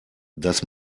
das